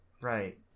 Right